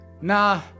Nah